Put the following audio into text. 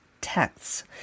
texts